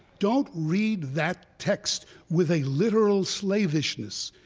don't read that text with a literal slavishness.